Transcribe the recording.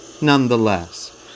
Nonetheless